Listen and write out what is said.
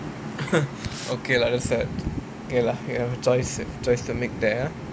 okay lah understand ya lah you have a choice a choice to make there ah